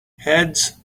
heads